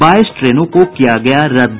बाईस ट्रेनों को किया गया रद्द